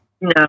No